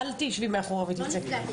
החוק,